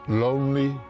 lonely